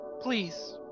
please